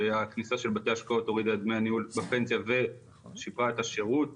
שהכניסה של דמי הניהול הורידה את דמי עלות הפנסיה ושיפרה את השירות .